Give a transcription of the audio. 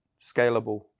scalable